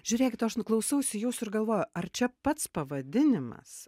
žiūrėkit aš nu klausausi jūsų ir galvoju ar čia pats pavadinimas